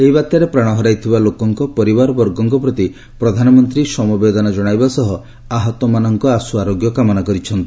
ଏହି ବାତ୍ୟାରେ ପ୍ରାଣ ହରାଇଥିବା ଲୋକଙ୍କ ପରିବାରବର୍ଗଙ୍କ ପ୍ରତି ପ୍ରଧାନମନ୍ତ୍ରୀ ସମବେଦନା ଜଶାଇବା ସହ ଆହତମାନଙ୍କ ଆଶୁ ଆରୋଗ୍ୟ କାମନା କରିଛନ୍ତି